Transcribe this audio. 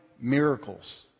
miracles